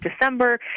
December